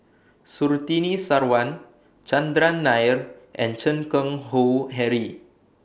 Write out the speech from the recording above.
Surtini Sarwan Chandran Nair and Chan Keng Howe Harry